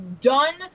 done